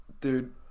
Dude